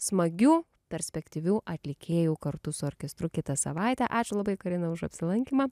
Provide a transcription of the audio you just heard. smagių perspektyvių atlikėjų kartu su orkestru kitą savaitę ačiū labai karina už apsilankymą